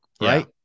Right